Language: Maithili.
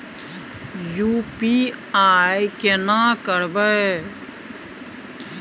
यु.पी.आई केना करबे?